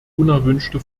unerwünschte